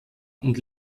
und